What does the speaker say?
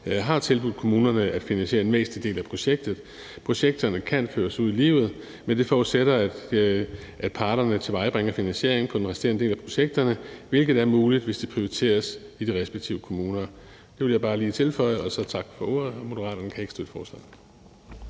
har tilbudt kommunerne at finansiere den meste del af projektet. Projekterne kan føres ud i livet, men det forudsætter, at parterne tilvejebringer finansiering for den resterende del af projekterne, hvilket er muligt, hvis det prioriteres i de respektive kommuner. Det ville jeg bare lige tilføje og sige tak for ordet. Moderaterne kan ikke støtte forslaget.